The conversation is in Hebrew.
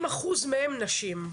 כ-70 אחוזים מהם נשים.